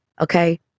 okay